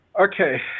Okay